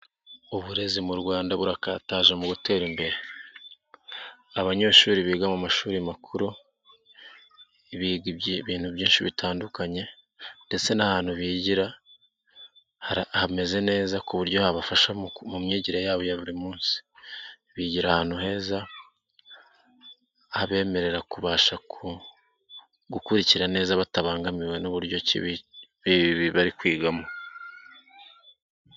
Uburezi mu Rwanda burakataje mu imbere. Abanyeshuri biga mu mashuri makuru biga ibintu byinshi bitandukanye ndetse n'ahantu bigira hameze neza ku buryo habafasha mu myigire yabo ya buri munsi. Bigira ahantu heza habemerera kubasha gukurikira neza batabangamiwe n'uburyo bari kwigamo.